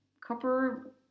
Copper